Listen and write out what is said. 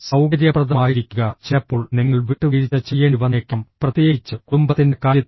സൌകര്യപ്രദമായിരിക്കുക ചിലപ്പോൾ നിങ്ങൾ വിട്ടുവീഴ്ച ചെയ്യേണ്ടിവന്നേക്കാം പ്രത്യേകിച്ച് കുടുംബത്തിന്റെ കാര്യത്തിൽ